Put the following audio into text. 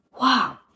Wow